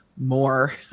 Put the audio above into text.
more